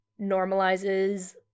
normalizes